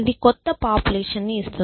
ఇది కొత్త పాపులేషన్ ని ఇస్తుంది